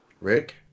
Rick